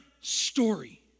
story